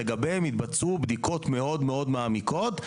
שלגביהם יתבצעו בדיקות מאוד מאוד מעמיקות.